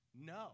No